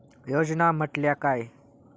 योजना म्हटल्या काय?